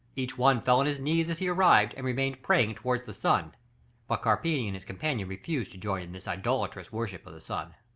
each one fell on his knees as he arrived, and remained praying towards the sun but carpini and his companion refused to join in this idolatrous worship of the sun.